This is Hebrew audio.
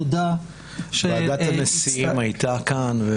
ועידת הנשיאים הייתה כאן.